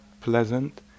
pleasant